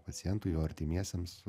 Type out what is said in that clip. pacientui jo artimiesiems